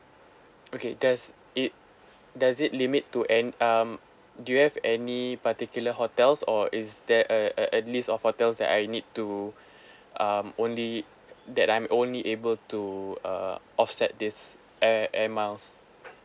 okay does it does it limit to an um do you have any particular hotels or is there uh uh a list of hotels that I need to um only that I'm only able to uh offset this air air miles